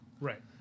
Right